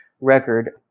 record